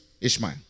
Ishmael